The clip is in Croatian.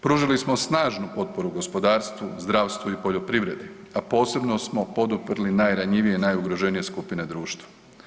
Pružili smo snažnu potporu gospodarstvu, zdravstvu i poljoprivredi, a posebno se poduprli najranjivije i najugroženije skupine društva.